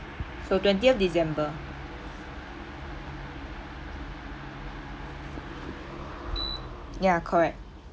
so twentieth december ya correct